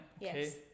Yes